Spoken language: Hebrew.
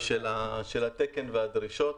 של התקן והדרישות